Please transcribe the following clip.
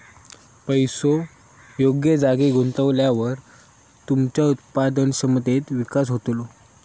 पैसो योग्य जागी गुंतवल्यावर तुमच्या उत्पादन क्षमतेत विकास होतलो